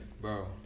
Bro